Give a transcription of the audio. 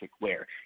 wear